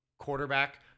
Quarterback